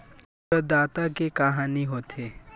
प्रदाता के का हानि हो थे?